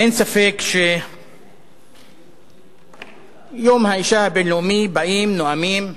אין ספק שביום האשה הבין-לאומי באים, נואמים,